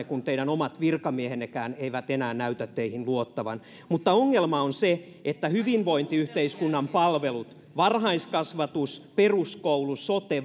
kun teidän omat virkamiehennekään eivät enää näytä teihin luottavan ongelma on se että hyvinvointiyhteiskunnan palvelut varhaiskasvatus peruskoulu sote